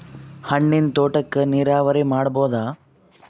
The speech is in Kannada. ಹಣ್ಣಿನ್ ತೋಟಕ್ಕ ನೀರಾವರಿ ಮಾಡಬೋದ?